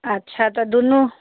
अच्छा तऽ दुनू